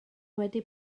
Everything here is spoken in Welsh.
wedi